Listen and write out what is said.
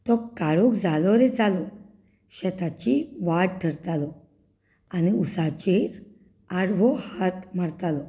तो काळोख जालो रे जालो शेताची वाट धरतालो आनी ऊसाचेर आडवो हात मारतालो